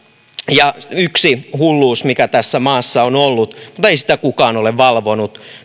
ja yksi hulluus mikä tässä maassa on ollut mutta ei sitä kukaan ole valvonut